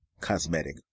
cosmetic